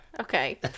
Okay